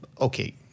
okay